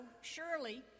surely